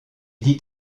dit